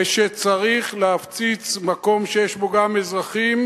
וכשצריך להפציץ מקום שיש בו גם אזרחים,